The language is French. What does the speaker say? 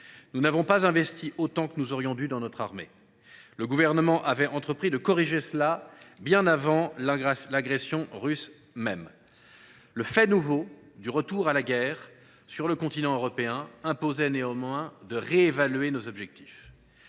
Nous n’avons pas investi autant que nous aurions dû dans notre armée. Le Gouvernement avait entrepris de corriger cela bien avant l’agression russe. Néanmoins, le fait nouveau du retour de la guerre sur le continent européen a imposé la réévaluation de nos objectifs.